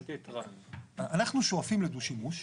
אנחנו שואפים לדו-שימוש.